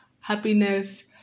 Happiness